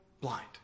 blind